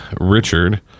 richard